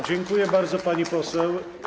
Dziękuję bardzo, pani poseł.